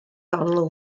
ongl